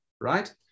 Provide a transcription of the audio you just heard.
right